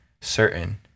certain